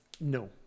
No